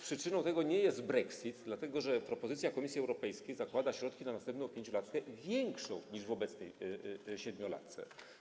Przyczyną tego nie jest brexit, dlatego że propozycja Komisji Europejskiej zakłada na następną pięciolatkę większe środki niż w obecnej siedmiolatce.